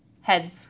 Heads